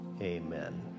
Amen